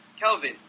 Kelvin